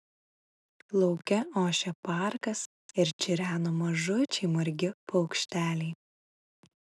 lauke ošė parkas ir čireno mažučiai margi paukšteliai